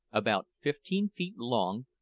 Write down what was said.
about fifteen feet long,